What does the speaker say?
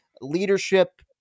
leadership